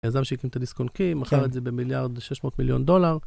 היזם שהקים את הדיסק און קי, מכר את זה במיליארד ושש מאות מיליון דולר.